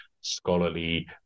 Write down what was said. scholarly